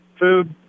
food